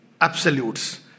absolutes